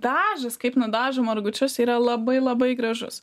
dažas kaip nudažo margučius yra labai labai gražus